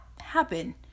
happen